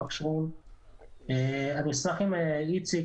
אני אשמח אם איציק,